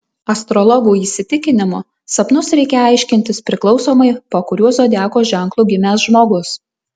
astrologų įsitikinimu sapnus reikia aiškintis priklausomai po kuriuo zodiako ženklu gimęs žmogus